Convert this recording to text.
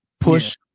Push